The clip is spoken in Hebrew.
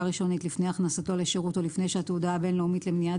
ראשונית לני הכנסתו לשירות או לפני שהתעודה הבין-לאומית למניעת